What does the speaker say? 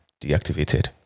Deactivated